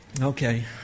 Okay